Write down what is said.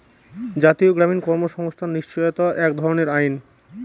জাতীয় গ্রামীণ কর্মসংস্থান নিশ্চয়তা এক ধরনের আইন